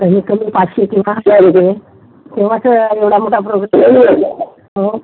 कमीत कमी पाचशे ते सहाशे रुपये तेव्हाच असं येवढा मोठा प्रोग्रॅम हो